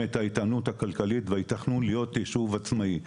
איתנות כלכלית והיתכנות להיות יישוב עצמאי.